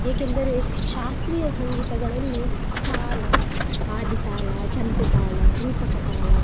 ಏಕೆಂದರೆ ಶಾಸ್ತ್ರೀಯ ಸಂಗೀತಗಳಲ್ಲಿ ತಾಳ ಆದಿತಾಳ ಜಂಪೆ ತಾಳ ರೂಪಕ ತಾಳ